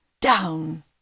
Down